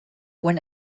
when